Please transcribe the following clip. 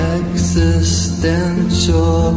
existential